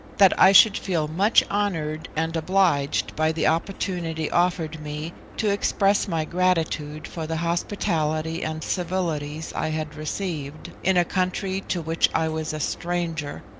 that i should feel much honoured and obliged by the opportunity offered me to express my gratitude for the hospitality and civilities i had received in a country to which i was a stranger,